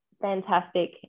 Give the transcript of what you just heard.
fantastic